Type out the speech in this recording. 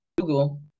Google